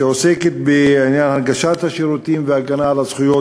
שעוסקת בהנגשת שירותים ובהגנה על הזכויות